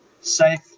safe